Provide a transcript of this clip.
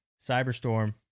Cyberstorm